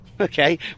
okay